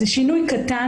זה שינוי קטן.